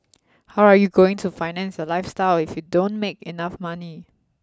how are you going to finance your lifestyle if you don't make enough money